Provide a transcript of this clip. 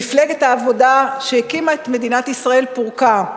מפלגת העבודה, שהקימה את מדינת ישראל, פורקה,